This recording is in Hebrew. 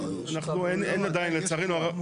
אין עדיין לצערנו הרב.